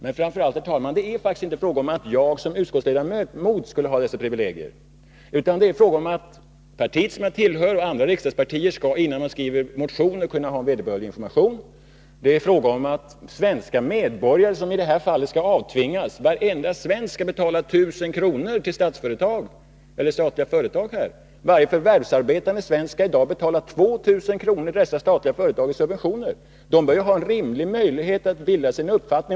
Herr talman! Det är framför allt inte fråga om att jag som utskottsledamot skall ha dessa privilegier, utan det är fråga om att det parti som jag tillhör och andra riksdagspartier skall ha vederbörlig information innan vi skriver motioner. Det är fråga om svenska medborgare. Varenda svensk skall i detta fall betala 1 000 kr. till statliga företag. Varje förvärvsarbetande svensk skall i dag betala 2000 kr. i subventioner till dessa statliga företag. Svenska medborgare bör ha en rimlig möjlighet att bilda sig en uppfattning.